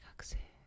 student